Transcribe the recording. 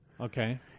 okay